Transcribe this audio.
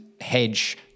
hedge